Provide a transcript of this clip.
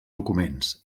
documents